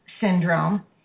syndrome